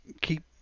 keep